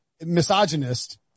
misogynist